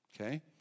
Okay